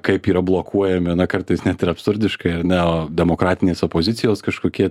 kaip yra blokuojami na kartais net ir absurdiškai ar ne demokratinės opozicijos kažkokie